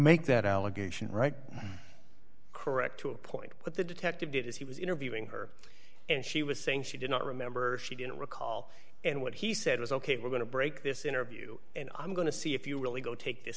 make that allegation right correct to a point but the detective did as he was interviewing her and she was saying she did not remember she didn't recall and what he said was ok we're going to break this interview and i'm going to see if you really go take this